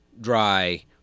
dry